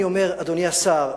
אדוני השר,